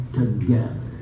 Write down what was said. together